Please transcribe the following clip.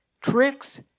tricks